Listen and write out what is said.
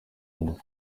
ngo